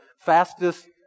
fastest